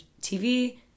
TV